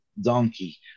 donkey